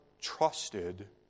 trusted